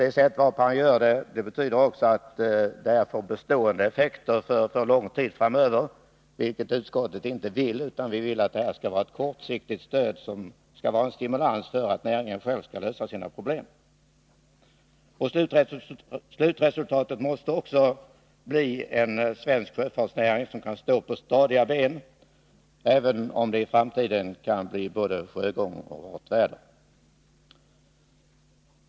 Hans förslag betyder också att det får bestående effekter för lång tid framöver, vilket utskottet inte vill. Vi vill att detta skall vara ett kortsiktigt stöd, som en stimulans för att näringen själv skall lösa sina problem. Slutresultatet måste också bli en svensk sjöfartsnäring som kan stå stadigt på egna ben, även om det i framtiden kan bli både sjögång och hårt väder.